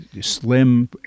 Slim